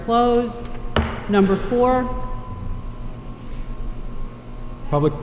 close number for public